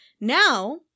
Now